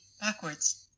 backwards